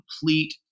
complete